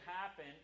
happen